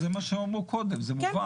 בסדר, זה מה שאמרו קודם, זה מובן.